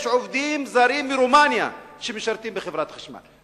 יש עובדים זרים מרומניה שעובדים בחברת חשמל,